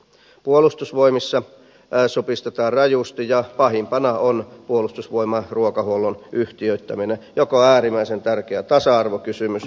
puolustusvoimissa supistetaan rajusti ja pahimpana on puolustusvoimain ruokahuollon yhtiöittäminen joka on äärimmäisen tärkeä tasa arvokysymys